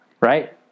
Right